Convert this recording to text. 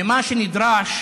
ומה שנדרש